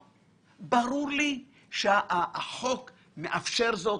ברור לי שהחוק מאפשר זאת.